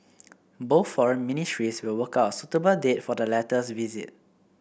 both foreign ministries will work out suitable date for the latter's visit